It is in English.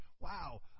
Wow